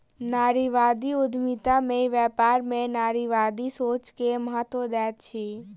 नारीवादी उद्यमिता में व्यापार में नारीवादी सोच के महत्त्व दैत अछि